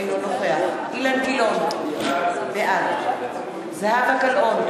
אינו נוכח אילן גילאון, בעד זהבה גלאון,